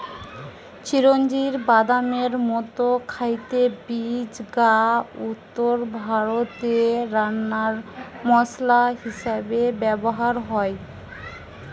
চিরোঞ্জির বাদামের মতো খাইতে বীজ গা উত্তরভারতে রান্নার মসলা হিসাবে ব্যভার হয়